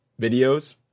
videos